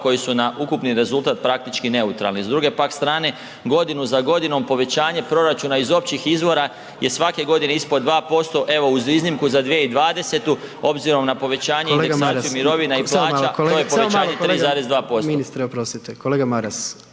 koji su na ukupni rezultat praktički neutralni. S druge pak strane, godinu za godinom povećanje proračuna iz općih izvora je svake godine ispod 2%, evo uz iznimku za 2020. obzirom na povećanje i… **Jandroković, Gordan